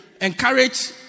encourage